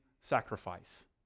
sacrifice